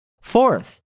Fourth